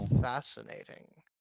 fascinating